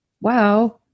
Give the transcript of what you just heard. Wow